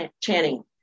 Channing